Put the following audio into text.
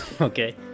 Okay